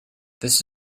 this